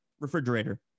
refrigerator